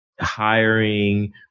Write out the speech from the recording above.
hiring